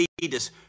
leaders